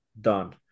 done